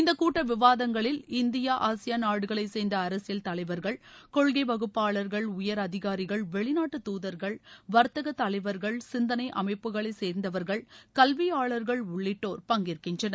இந்த கூட்ட விவாதங்களில் இந்தியா ஆசியாள் நாடுகளை சேர்ந்த அரசியல் தலைவர்கள கொள்கை வகுப்பாளர்கள் உயர் அதிகாரிகள் வெளிநாட்டு தூதர்கள் வர்த்தக தலைவர்கள் சிந்தனை அமைப்புகளை சேர்ந்தவர்கள் கல்வியாளர்கள் உள்ளிட்டோர் பங்கேற்கின்றனர்